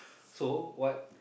so what